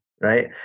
right